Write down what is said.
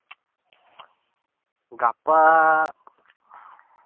ᱜᱟᱯᱟ